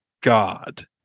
God